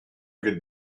could